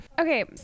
Okay